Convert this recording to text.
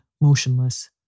motionless